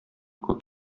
күп